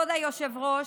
כבוד היושב-ראש,